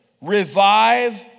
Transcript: Revive